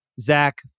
Zach